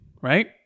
right